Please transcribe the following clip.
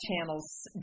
Channel's